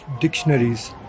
dictionaries